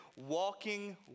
walking